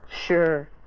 Sure